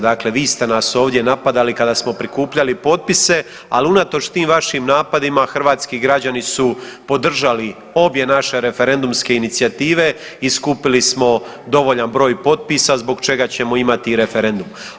Dakle, vi ste nas ovdje napadali kada smo prikupljali potpise, ali unatoč tim vašim napadima hrvatski građani su podržali obje naše referendumske inicijative i skupili smo dovoljan broj potpisa zbog čega ćemo imati referendum.